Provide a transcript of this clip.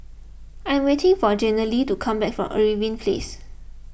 I am waiting for Jenilee to come back from Irving Place